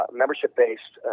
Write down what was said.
membership-based